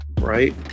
right